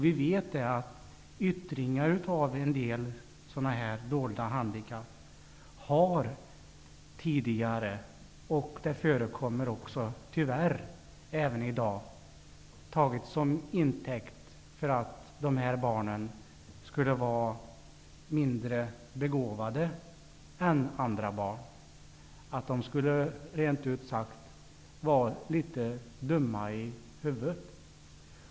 Vi vet att yttringar av en del sådana här handikapp tidigare har -- tyvärr förekommer det även i dag -- tagits till intäkt för att barnen med nämnda handikapp skulle vara mindre begåvade än andra barn. Rent ut sagt skulle de vara litet dumma i huvudet.